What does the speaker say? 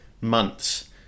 months